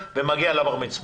ומגיע לבר מצווה.